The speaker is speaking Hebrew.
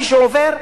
מי שעובר,